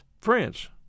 France